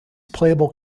playable